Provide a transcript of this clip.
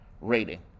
rating